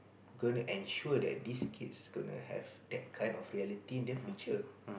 gonna ensure that this kids gonna have that kind of reality in their future